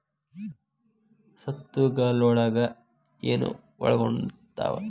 ಸ್ವತ್ತುಗಲೊಳಗ ಏನು ಒಳಗೊಂಡಾವ?